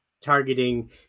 targeting